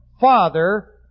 Father